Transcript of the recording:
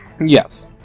Yes